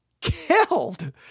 killed